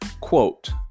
Quote